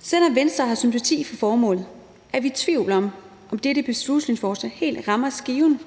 Selv om Venstre har sympati for formålet, er vi i tvivl om, om dette beslutningsforslag helt rammer skiven.